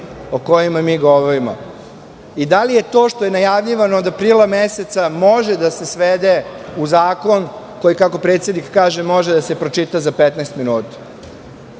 o kojima mi govorimo i da li to što je najavljivano od aprila meseca može da se svede u zakon koji, kako predsednik kaže, može da se pročita za petnaest